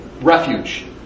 refuge